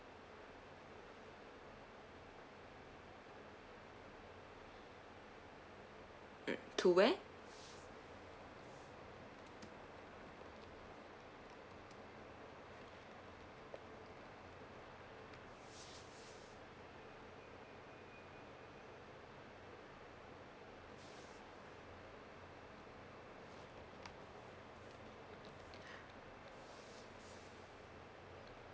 to where